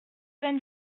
vingt